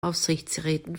aufsichtsräten